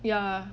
ya